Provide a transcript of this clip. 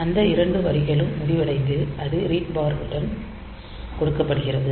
அந்த இரண்டு வரிகளும் முடிவடைந்து அது ரீட் பார் வரியுடன் கொடுக்கப்படுகிறது